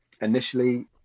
initially